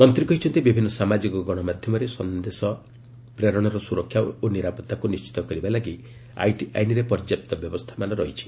ମନ୍ତ୍ରୀ କହିଛନ୍ତି ବିଭିନ୍ନ ସାମାଜିକ ଗଣମାଧ୍ୟମରେ ସନ୍ଦେହଶ ପ୍ରେରଣର ସୁରକ୍ଷା ଓ ନିରାପତ୍ତାକୁ ନିଣ୍ଚିତ କରିବା ଲାଗି ଆଇଟି ଆଇନ୍ରେ ପର୍ଯ୍ୟାପ୍ତ ବ୍ୟବସ୍ଥାମାନ ରହିଛି